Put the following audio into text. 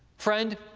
friend,